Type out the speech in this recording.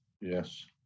Yes